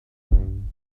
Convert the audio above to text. playing